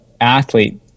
athlete